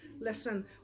listen